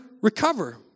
recover